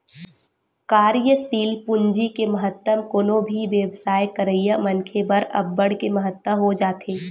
कार्यसील पूंजी के महत्तम कोनो भी बेवसाय करइया मनखे बर अब्बड़ के महत्ता हो जाथे